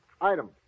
Item